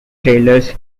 trailers